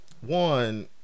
one